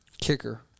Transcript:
Kicker